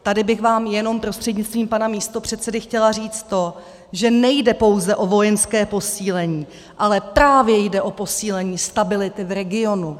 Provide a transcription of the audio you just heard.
Tady bych vám jenom prostřednictvím pana místopředsedy chtěla říct to, že nejde pouze o vojenské posílení, ale jde právě o posílení stability v regionu.